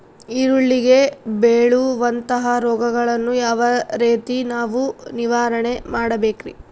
ಈರುಳ್ಳಿಗೆ ಬೇಳುವಂತಹ ರೋಗಗಳನ್ನು ಯಾವ ರೇತಿ ನಾವು ನಿವಾರಣೆ ಮಾಡಬೇಕ್ರಿ?